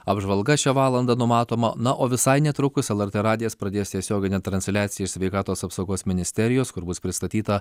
apžvalga šią valandą numatoma na o visai netrukus lrt radijas pradės tiesioginę transliaciją iš sveikatos apsaugos ministerijos kur bus pristatyta